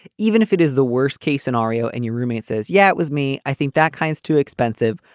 even if it is the worst case scenario. and your roommate says, yeah, it was me. i think that kind's too expensive.